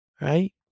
right